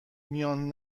میان